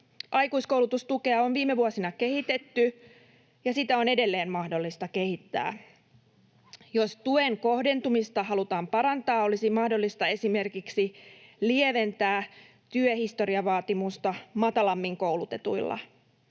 Aikuiskoulutustukea on viime vuosina kehitetty, ja sitä on edelleen mahdollista kehittää. Jos tuen kohdentumista halutaan parantaa, olisi mahdollista esimerkiksi lieventää työhistoriavaatimusta matalammin koulutetuilla.